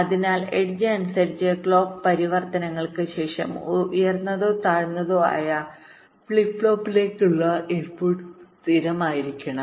അതിനാൽ എഡ്ജ് അനുസരിച്ച് ക്ലോക്ക് പരിവർത്തനങ്ങൾക്ക് ശേഷം ഉയർന്നതോ താഴ്ന്നതോ ആയ ഫ്ലിപ്പ് ഫ്ലോപ്പിലേക്കുള്ള ഇൻപുട്ട് സ്ഥിരമായിരിക്കണം